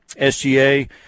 SGA